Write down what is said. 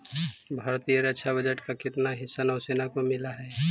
भारतीय रक्षा बजट का कितना हिस्सा नौसेना को मिलअ हई